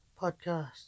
podcast